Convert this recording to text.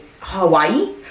Hawaii